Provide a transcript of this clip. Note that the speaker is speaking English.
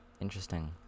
interesting